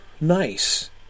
nice